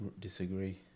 disagree